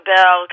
Bell